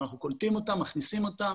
ואנחנו קולטים ומכניסים אותם,